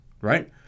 right